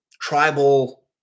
tribal